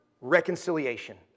reconciliation